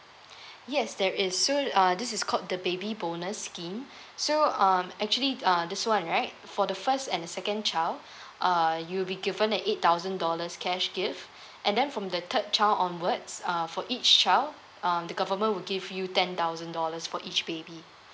yes there is so uh this is called the baby bonus scheme so um actually uh this [one] right for the first and second child uh you'll be given the eight thousand dollars cash gift and then from the third child onwards uh for each child um the government will give you ten thousand dollars for each baby